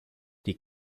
die